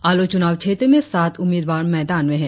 आलो चुनाव क्षेत्र में सात उम्मीदवार मैदान में है